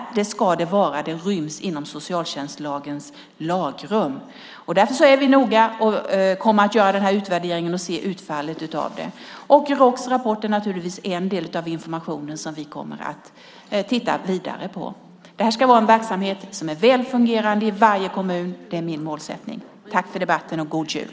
Det ska det vara. Det ryms inom socialtjänstlagens lagrum. Därför kommer vi att noga göra utvärderingen och se utfallet av den. Och Roks rapport är naturligtvis en del av informationen som vi kommer att titta vidare på. Det här ska vara en verksamhet som är väl fungerande i varje kommun. Det är min målsättning. Tack för debatten och god jul!